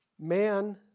Man